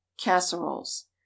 Casseroles